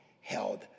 held